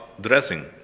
dressing